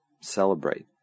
celebrate